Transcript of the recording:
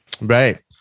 right